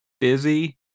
busy